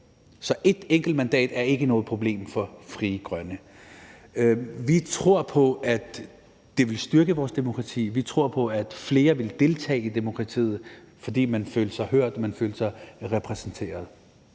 er et enkelt mandat ikke noget problem for Frie Grønne. Vi tror på, at det vil styrke vores demokrati. Vi tror på, at flere ville deltage i demokratiet, fordi man ville føle sig hørt; man ville føle sig repræsenteret.